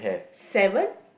seven